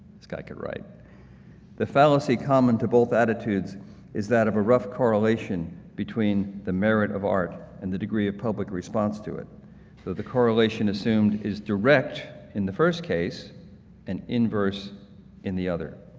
guy could write the fallacy common to both attitudes is that of a rough correlation between the merit of art and the degree of public response to it, though the correlation assumed is direct in the first case and inverse in the other